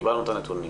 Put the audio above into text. קיבלנו את הנתונים.